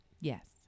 Yes